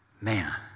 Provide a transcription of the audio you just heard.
Man